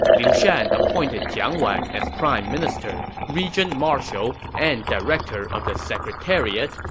liu shan appointed jiang wan as prime minister, regent marshal, and director of the secretariat,